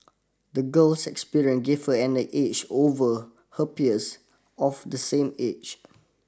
the girl's experience gave her an edge over her peers of the same age